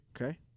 Okay